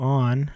on